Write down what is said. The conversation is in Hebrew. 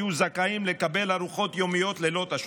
יהיו זכאים לקבל ארוחות יומיות ללא תשלום.